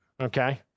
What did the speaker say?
okay